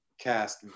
cast